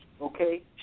okay